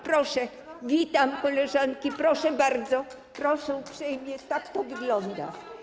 Proszę, witam koleżanki, proszę bardzo, proszę uprzejmie, tak to wygląda.